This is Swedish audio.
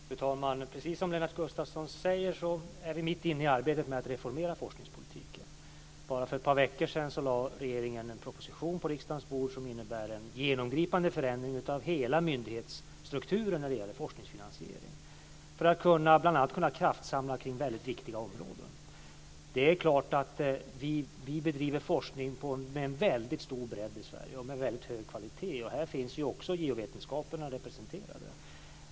Fru talman! Precis som Lennart Gustavsson säger är vi mitt inne i arbetet med att reformera forskningspolitiken. För bara ett par veckor sedan lade regeringen en proposition på riksdagens bord som innebär en genomgripande förändring av hela myndigshetsstrukturen när det gäller forskningsfinansieringen för att bl.a. kunna kraftsamla kring väldigt viktiga områden. Vi bedriver forskning med en väldigt stor bredd och hög kvalitet i Sverige. Här finns också geovetenskapen representerad.